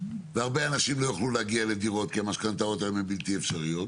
והרבה אנשים לא יוכלו להגיע לדירות כי המשכנתאות הן בלתי אפשריות?